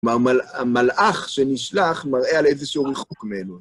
המלאך שנשלח מראה על איזה שהוא רחוק מאלוהים